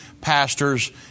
pastors